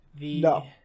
No